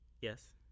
Yes